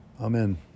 Amen